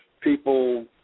people